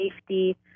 safety